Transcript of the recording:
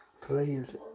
Please